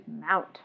mount